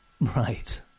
right